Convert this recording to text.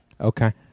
Okay